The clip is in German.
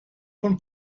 von